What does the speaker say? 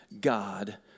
God